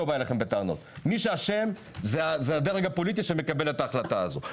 מי שאשם זה הדרג הפוליטי שמקבל את ההחלטה הזו.